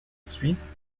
suisse